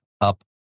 up